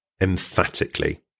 Emphatically